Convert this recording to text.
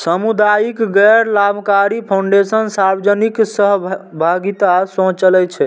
सामुदायिक गैर लाभकारी फाउंडेशन सार्वजनिक सहभागिता सं चलै छै